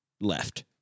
left